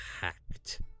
hacked